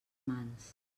mans